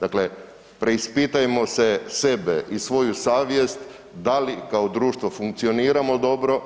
Dakle, preispitajmo se, sebe i svoju savjest da li kao društvo funkcioniramo dobro,